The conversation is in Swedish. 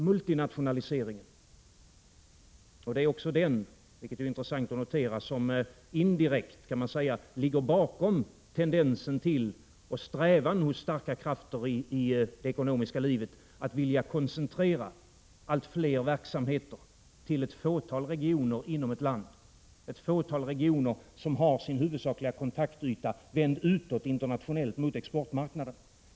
Multinationaliseringen kan också den — och det är intressant att notera — sägas indirekt ligga bakom tendensen till och strävan hos starka krafter i det ekonomiska livet att vilja koncentrera allt flera verksamheter till ett fåtal regioner inom ett land. Och detta fåtal regioner har sin huvudsakliga kontaktyta vänd utåt, internationellt, mot exportmarknader.